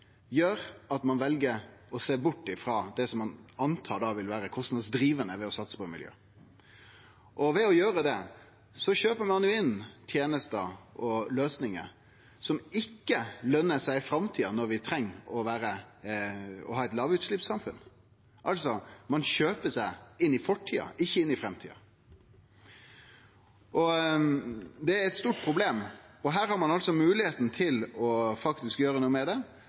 gjer at ein vel å sjå vekk frå det som ein antek vil vere kostnadsdrivande ved å satse på miljø. Ved å gjere det, kjøper ein inn tenester og løysingar som ikkje løner seg i framtida, når vi treng å ha eit lågutsleppssamfunn. Ein kjøper seg inn i fortida, ikkje inn i framtida. Det er eit stort problem, og her har ein altså moglegheita til faktisk å gjere noko med det,